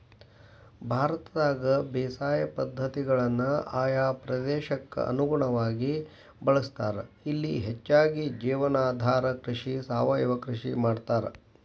ಭಾರತದಾಗ ಬೇಸಾಯ ಪದ್ಧತಿಗಳನ್ನ ಆಯಾ ಪ್ರದೇಶಕ್ಕ ಅನುಗುಣವಾಗಿ ಬಳಸ್ತಾರ, ಇಲ್ಲಿ ಹೆಚ್ಚಾಗಿ ಜೇವನಾಧಾರ ಕೃಷಿ, ಸಾವಯವ ಕೃಷಿ ಮಾಡ್ತಾರ